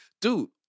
Dude